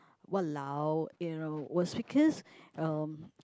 !walao! you know was because um